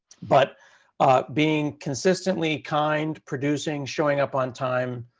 but being consistently kind, producing, showing up on time.